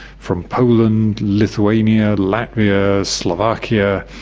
from poland, lithuania, latvia, slovakia,